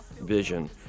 vision